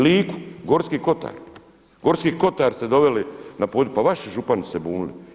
Liku, Gorski kotar, Gorski kotar ste doveli, pa vaši župani su se bunili.